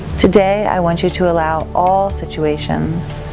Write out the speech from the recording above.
today, i want you to allow all situations,